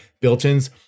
built-ins